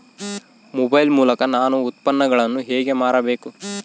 Mobile ಮೂಲಕ ನಾನು ಉತ್ಪನ್ನಗಳನ್ನು ಹೇಗೆ ಮಾರಬೇಕು?